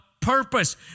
purpose